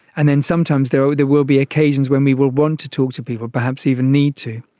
and then sometimes there ah there will be occasions when we will want to talk to people, perhaps even need to,